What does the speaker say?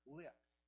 lips